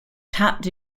tapped